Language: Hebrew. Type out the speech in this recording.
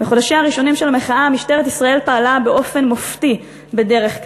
בחודשיה הראשונים של המחאה משטרת ישראל פעלה באופן מופתי בדרך כלל,